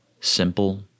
simple